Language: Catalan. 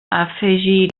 afegir